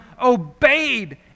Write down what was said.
obeyed